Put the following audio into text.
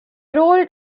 role